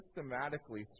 systematically